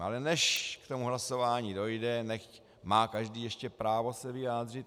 Ale než k tomu hlasování dojde, nechť má každý ještě právo se vyjádřit.